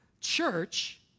Church